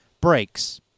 breaks